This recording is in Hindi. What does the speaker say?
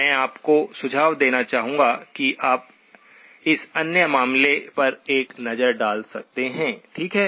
मैं आपको सुझाव देना चाहूंगा कि आप इस अन्य मामले पर एक नज़र डाल सकते हैं ठीक है